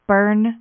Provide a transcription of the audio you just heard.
Burn